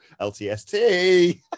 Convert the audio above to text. LTST